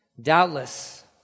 Doubtless